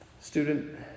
Student